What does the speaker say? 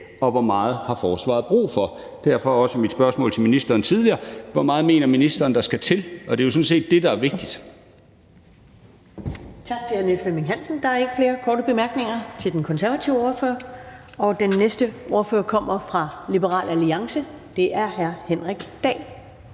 og hvor meget har forsvaret brug for? Derfor også mit spørgsmål til ministeren tidligere om, hvor meget ministeren mener der skal til. Og det er jo sådan set det, der er vigtigt.